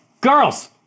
girls